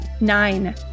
Nine